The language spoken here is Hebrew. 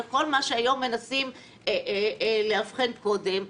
וכל מה שהיום מנסים לאבחן קודם,